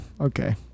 Okay